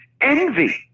envy